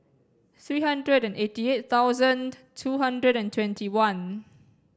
three hundred and eighty eight thousand two hundred and twenty one